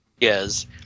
yes